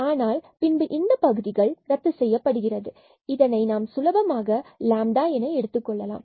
ஆனால் பின்பு இந்தப் பகுதிகள் ரத்து செய்யப்படும் மற்றும் இதை நாம் சுலபமாக என எடுத்துக்கொள்ளலாம்